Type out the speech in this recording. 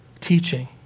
teaching